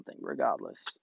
regardless